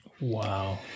Wow